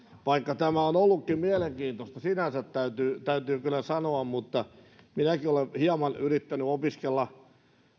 vaikka tämä on ollutkin mielenkiintoista sinänsä täytyy täytyy kyllä sanoa minäkin olen hieman yrittänyt opiskella